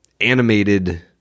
animated